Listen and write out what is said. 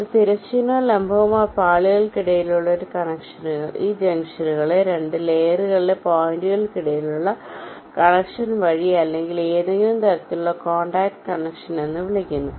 ഒരു തിരശ്ചീനവും ലംബവുമായ പാളികൾക്കിടയിലുള്ള ഈ ജംഗ്ഷനുകളെ 2 ലെയറുകളിലെ പോയിന്റുകൾക്കിടയിലുള്ള കണക്ഷൻ വഴി അല്ലെങ്കിൽ ഏതെങ്കിലും തരത്തിലുള്ള കോൺടാക്റ്റ് കണക്ഷൻ എന്ന് വിളിക്കുന്നു